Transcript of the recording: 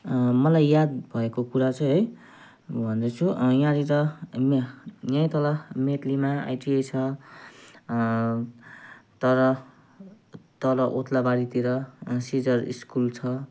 मलाई याद भएको कुरा चाहिँ है भन्दैछु यहाँनिर यहाँ तल मेटलीमा आइटिए छ तर तल ओद्लाबारीतिर सिजर स्कुल छ